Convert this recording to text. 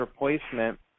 replacement